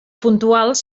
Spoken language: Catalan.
puntuals